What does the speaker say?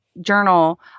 journal